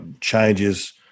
changes